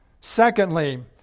Secondly